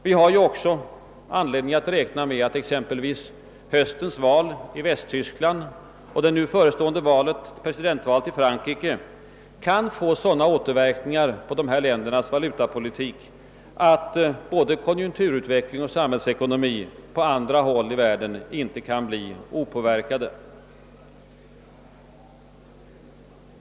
Vi har också anledning räkna med att exempelvis höstens val i Västtyskland och det förestående presidentvalet i Frankrike kan få sådana återverkningar på dessa länders valutapolitik, att både konjunkturutveckling och samhällsekonomi på andra håll i världen inte kan bli opåverkade.